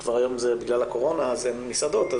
היום בגלל הקורונה אין מסעדות,